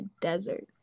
desert